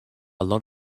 lot